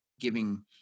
giving